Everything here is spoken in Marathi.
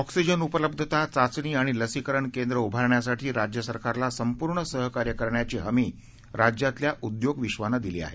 ऑक्सिजन उपलब्धता चाचणी आणि लसीकरण केंद्र उभारण्यासाठी राज्य सरकारला संपूर्ण सहकार्य करण्याची हमी राज्यातल्या उद्योग विश्वानं दिली आहे